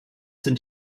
sind